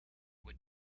would